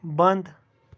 بنٛد